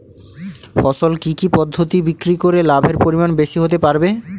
ফসল কি কি পদ্ধতি বিক্রি করে লাভের পরিমাণ বেশি হতে পারবে?